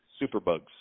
superbugs